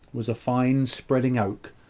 was a fine spreading oak,